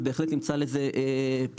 אז בהחלט נמצא לזה פתרון.